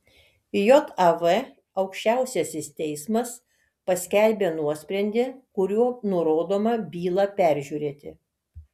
jav aukščiausiasis teismas paskelbė nuosprendį kuriuo nurodoma bylą peržiūrėti